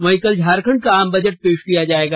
वहीं कल झारखंड का आम बजट पेश किया जाएगा